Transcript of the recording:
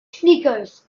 sneakers